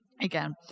again